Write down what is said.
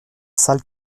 sale